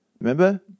Remember